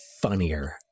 funnier